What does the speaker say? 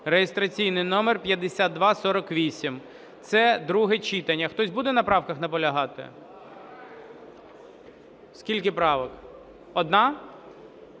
(реєстраційний номер 5248). Це друге читання. Хтось буде на правках наполягати? Скільки правок? Одна?